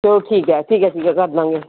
ਚਲੋ ਠੀਕ ਹੈ ਠੀਕ ਹੈ ਠੀਕ ਹੈ ਕਰਦਾਂਗੇ